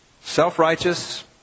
Self-righteous